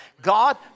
God